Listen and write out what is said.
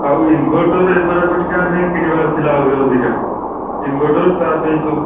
ଆଉ ଇନଭର୍ଟର୍ ଏଗୁଡ଼ାକ ଟିକେ ଆମେ କିଣିବାର ଥିଲା ଆହୁରି ଅଧିକା ଇନଭର୍ଟର୍ ତା'ପାଇଁ ସବୁ